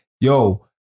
yo